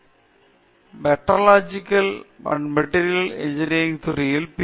நான் metallurgical and material engineering துறையிலிருந்து B